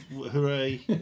hooray